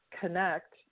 connect